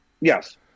Yes